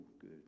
good